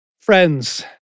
Friends